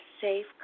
safe